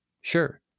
Sure